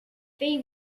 they